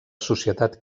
societat